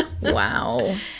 Wow